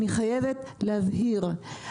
אני חייבת להבהיר,